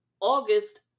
august